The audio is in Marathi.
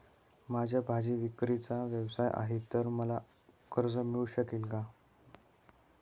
माझा भाजीविक्रीचा व्यवसाय आहे तर मला कर्ज मिळू शकेल का?